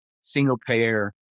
single-payer